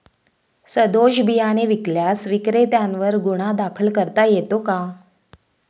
सदोष बियाणे विकल्यास विक्रेत्यांवर गुन्हा दाखल करता येतो का?